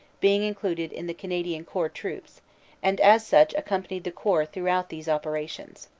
being included in the canadian corps troops and as such accompanied the corps throughout these operations.